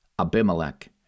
Abimelech